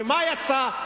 ומה יצא,